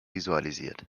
visualisiert